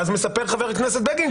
ואז מספר חבר הכנסת בגין,